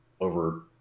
over